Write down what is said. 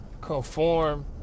conform